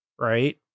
Right